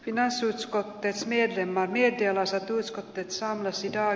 ynnä skottiismi emma miettiä näissä tuiskutti zamosin ja